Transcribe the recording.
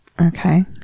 Okay